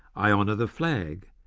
i honour the flag.